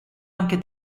anche